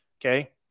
Okay